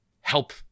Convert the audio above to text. help